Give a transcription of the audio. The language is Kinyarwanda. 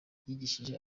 yigishije